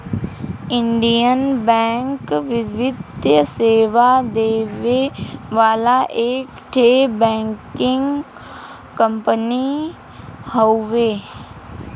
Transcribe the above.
Indian Bank वित्तीय सेवा देवे वाला एक ठे बैंकिंग कंपनी हउवे